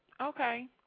Okay